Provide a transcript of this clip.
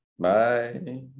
Bye